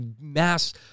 mass